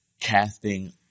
casting